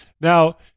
Now